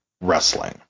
wrestling